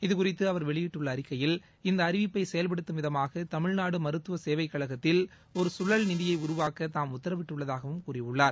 இதுகுறித்து அவர் வெளியிட்டுள்ள அறிக்கையில் இந்த அறிவிப்பை செயல்படுத்தும் விதமாக தமிழ்நாடு மருத்துவ சேவைக்கழகத்தில் ஒரு கழல்நிதியை உருவாக்க தாம் உத்தரவிட்டுள்ளதாக கூறியுள்ளார்